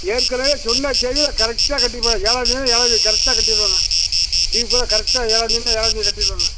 ஏற்கனவே சொன்ன தேதியில் கரெக்டாக கட்டியிருப்பேன் ஏழாந்தேதின்னா ஏலாந்தேதி கரெக்ட்டாக கட்டிடுவேங்க ட்யூ கரெக்டாக ஏழாந்தேதின்னா ஏழாந்தேதி கட்டிடுவேன் நான்